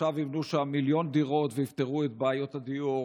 עכשיו יבנו שם מיליון דירות ויפתרו את בעיות הדיור,